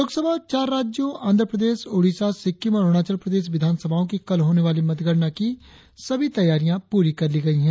लोकसभा और चार राज्यों आंध्रप्रदेश ओड़िसा सिक्किम तथा अरुणाचल प्रदेश विधानसभाओं की कल होने वाली मतगणना की सभी तैयारियां पूरी कर ली गई हैं